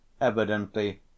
Evidently